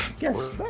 Yes